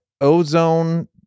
ozone